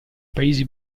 paesi